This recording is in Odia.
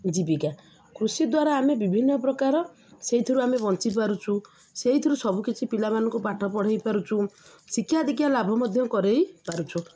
ଜୀବିକା କୃଷି ଦ୍ୱାରା ଆମେ ବିଭିନ୍ନ ପ୍ରକାର ସେଇଥିରୁ ଆମେ ବଞ୍ଚି ପାରୁଛୁ ସେଇଥିରୁ ସବୁକିଛି ପିଲାମାନଙ୍କୁ ପାଠ ପଢ଼େଇ ପାରୁଛୁ ଶିକ୍ଷା ଦୀକ୍ଷା ଲାଭ ମଧ୍ୟ କରେଇ ପାରୁଛୁ